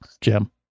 Jim